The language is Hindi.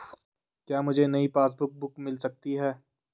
क्या मुझे नयी पासबुक बुक मिल सकती है?